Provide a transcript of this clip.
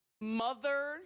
Mother